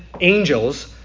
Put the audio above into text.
angels